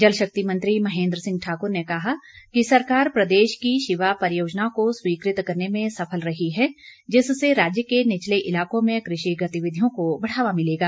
जलशक्ति मंत्री महेन्द्र सिंह ठाकुर ने कहा कि सरकार प्रदेश की शिवा परियोजना को स्वीकृत करने में सफल रही है जिससे राज्य के निचले इलाकों में कृषि गतिविधियों को बढ़ावा मिलेगा